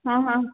हां हां